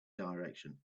direction